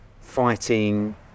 fighting